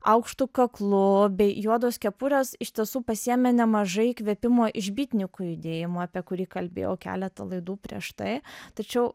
aukštu kaklu bei juodos kepurės iš tiesų pasiėmė nemažai įkvėpimo iš bitninkų judėjimo apie kurį kalbėjau keletą laidų prieš tai tačiau